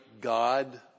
God